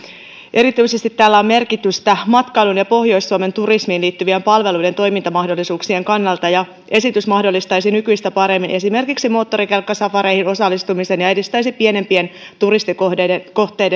tällä on merkitystä erityisesti matkailun ja pohjois suomen turismiin liittyvien palveluiden toimintamahdollisuuksien kannalta esitys mahdollistaisi nykyistä paremmin esimerkiksi moottorikelkkasafareihin osallistumisen ja edistäisi pienempien turistikohteiden